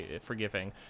forgiving